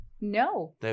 No